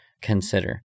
consider